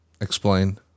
Explain